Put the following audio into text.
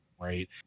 right